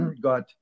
got